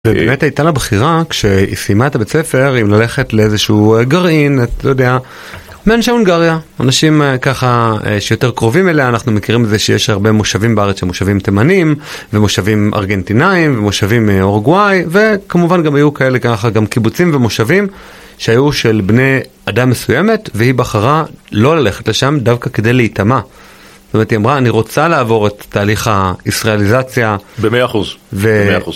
באמת הייתה לה בחירה, כשהיא סיימה את הבית ספר, אם ללכת לאיזשהו גרעין, את לא יודעה, מאנשי הונגריה, אנשים ככה שיותר קרובים אליה. אנחנו מכירים את זה שיש הרבה מושבים בארץ שמושבים תימנים, ומושבים ארגנטינאיים, ומושבים מאורגוואי, וכמובן גם היו כאלה ככה גם קיבוצים ומושבים, שהיו של בני עדה מסוימת, והיא בחרה לא ללכת לשם דווקא כדי להטמע. זאת אומרת היא אמרה, אני רוצה לעבור את תהליך הישראליזציה. במאה אחוז. במאה אחוז.